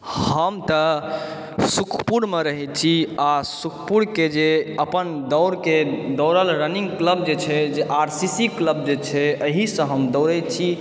हम तऽ सुखपुरमे रहय छी आ सुखपुरके जे अपन दौड़के दौड़य लऽ रन्निंग क्लब जे छै जे आर सी सी क्लब जे छै एहिसँ हम दौड़य छी